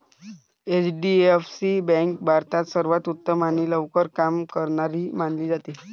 HDFC bank भारतात सर्वांत उत्तम आणि लवकर काम करणारी मानली जाते